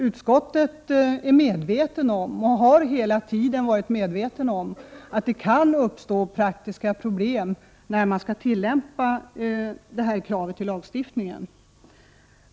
Utskottet är medvetet om och har alltid varit medvetet om att det kan uppstå praktiska problem när man skall tillämpa kravet i lagstiftningen.